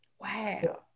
Wow